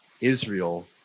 Israel